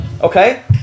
okay